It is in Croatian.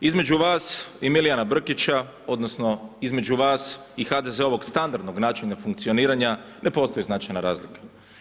Između vas i Milijana Brkića, odnosno između vas i HDZ-ovog standardnog načina funkcioniranja ne postoji značajna razlika.